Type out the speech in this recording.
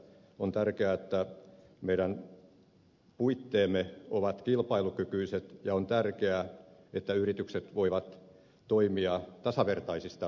on tärkeää että meidän puitteemme ovat kilpailukykyiset ja on tärkeää että yritykset voivat toimia tasavertaisista lähtökohdista